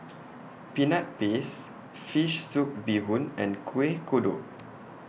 Peanut Paste Fish Soup Bee Hoon and Kueh Kodok